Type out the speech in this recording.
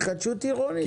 התחדשות עירונית.